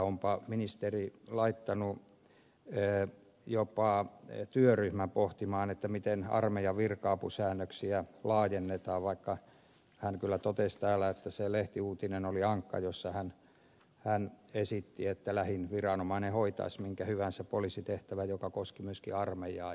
onpa ministeri laittanut jopa työryhmän pohtimaan miten armeijan virka apusäännöksiä laajennetaan vaikka hän kyllä totesi täällä että oli ankka se lehtiuutinen jossa hän esitti että lähin viranomainen hoitaisi minkä hyvänsä poliisitehtävän ja joka koski myöskin armeijaa